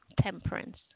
temperance